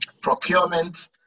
procurement